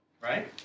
Right